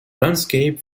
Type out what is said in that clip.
landscape